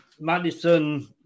Madison